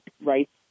rights